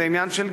זה עניין של גיל.